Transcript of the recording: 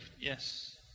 Yes